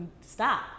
stop